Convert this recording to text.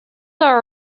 are